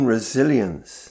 Resilience